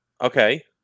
Okay